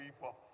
people